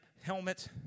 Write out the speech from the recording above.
helmet